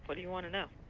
but do you want to know?